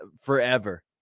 forever